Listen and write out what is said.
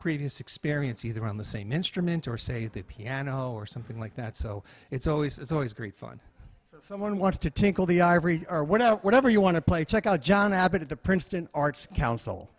previous experience either on the same instrument or say at the piano or something like that so it's always it's always great fun someone wants to tinkle the ivory or whatever whatever you want to play check out john abbott at the princeton arts coun